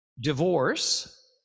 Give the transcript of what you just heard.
divorce